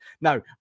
No